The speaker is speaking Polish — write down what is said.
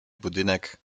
budynek